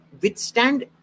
withstand